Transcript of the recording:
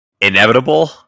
inevitable